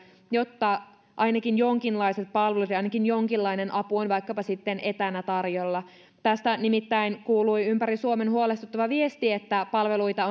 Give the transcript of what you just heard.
jotta ainakin jonkinlaiset palvelut ja ainakin jonkinlainen apu on vaikkapa sitten etänä tarjolla tästä nimittäin kuului ympäri suomen huolestuttava viesti että palveluita